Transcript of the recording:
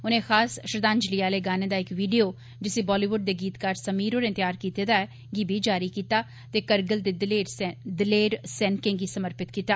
उनें खास श्रद्दांजलि आले गाने दा इक वीडियो जिसी बॉलीवुड दे गीतकार समीर होरे तैयार कीते दा ऐ बी जारी कीता ते कारगिल दे दलेर सैनिकें गी समर्पित कीता